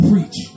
Preach